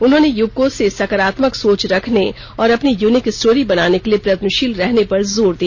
उन्होंने युवकों से सकारात्मक सोच रखने और अपनी यूनिक स्टोरी बनाने के लिए प्रयत्नशील रहने पर जोर दिया